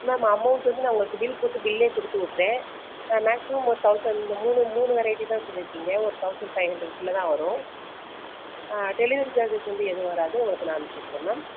ma'am amount வந்து நான் உங்களுக்கு பில் போட்டு பில்லை கொடுத்து விட்றேன் மேக்ஸிமம் ஒரு தௌசண்ட் இந்த மூணு மூணு வெரைட்டி தான் சொல்லியிருக்கீங்க ஒரு தௌசண்ட் ஃபைவ் ஹண்ட்ரெட்குள்ளே தான் வரும் ஆ டெலிவரி சார்ஜஸ் வந்து எதுவும் வராது உங்களுக்கு நான் அமிச்சுட்டுறேன் மேம்